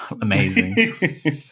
amazing